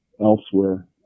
elsewhere